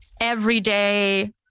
everyday